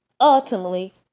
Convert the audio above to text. ultimately